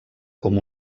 com